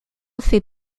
fait